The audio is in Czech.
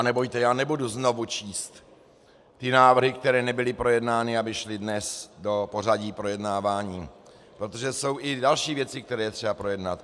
Nebojte, já nebudu znovu číst návrhy, které nebyly projednány, aby šly dnes do pořadí projednávání, protože jsou i další věci, které je třeba projednat.